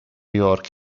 york